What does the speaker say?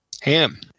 Ham